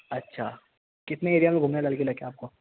اچھا کتنے ایریا میں گھومنا ہے لال قلعہ کے آپ کو